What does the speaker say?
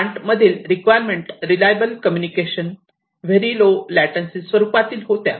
plant मधील requirement reliable communication very low latency स्वरूपातील होत्या